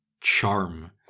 charm